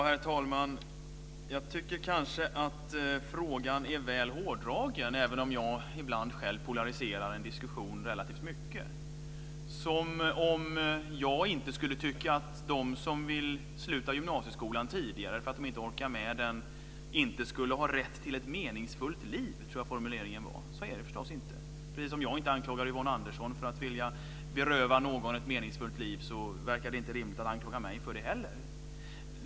Herr talman! Jag tycker kanske att frågan är väl hårdragen, även om jag själv ibland polariserar en diskussion relativt mycket. Skulle jag tycka att de som vill sluta gymnasieskolan tidigare för att de inte orkar med den inte har rätt till ett meningsfullt liv? Så tror jag formuleringen var. Så är det förstås inte. Precis som jag inte anklagar Yvonne Andersson för att vilja beröva någon ett meningsfullt liv verkar det inte rimligt att anklaga mig för det heller.